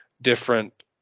different